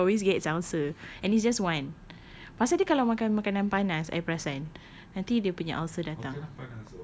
because he always gets ulcer and it's just one pasal dia kalau makan makanan panas I perasan nanti dia punya ulcer datang